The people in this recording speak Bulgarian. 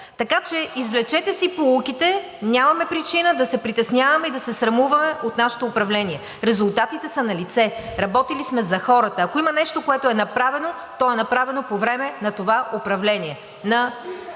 Така че извлечете си поуките, нямаме причина да се притесняваме и да се срамуваме от нашето управление. Резултатите са налице, работили сме за хората. Ако има нещо, което е направено, то е направено по време на това управление